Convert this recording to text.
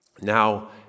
now